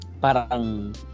parang